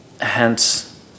hence